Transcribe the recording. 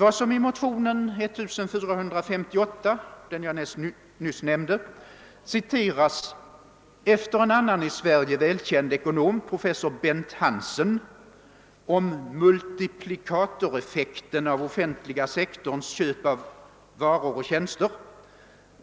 Yad som i den nyssnämnda motionen II: 1458 citeras efter en annan i Sverige välkänd ekonom, professor Bent Hansen, om multiplikatoreffekten av den offentliga sektorns köp av varor och tjänster